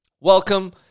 welcome